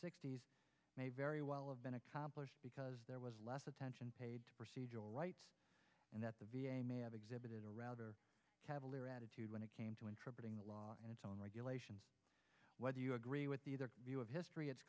sixty's may very well of been accomplished because there was less attention paid to procedural rights and that the v a may have exhibited a rather cavalier attitude when it came to interpreting the law and its own regulations whether you agree with the other view of history it's